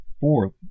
Fourth